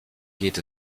geht